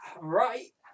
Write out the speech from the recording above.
right